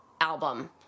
album